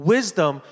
Wisdom